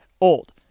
Old